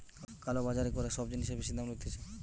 কালো বাজারি করে সব জিনিসের বেশি দাম লইতেছে